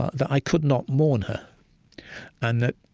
ah that i could not mourn her and that,